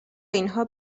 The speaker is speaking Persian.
اینها